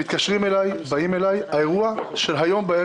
מתקשרים אלי, באים אליי ואומרים לי: